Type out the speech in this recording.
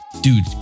dude